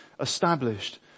established